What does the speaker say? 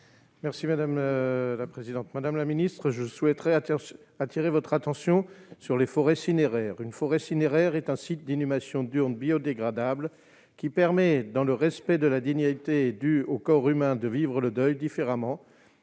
Merci madame la présidente, madame la ministre, je souhaiterais à terre, attirer votre attention sur les forêts funéraire, une forêt cinéraires, est un site d'inhumation d'urne biodégradable qui permet, dans le respect de la dignité due au corps humain de vivre le deuil différemment,